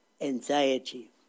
anxiety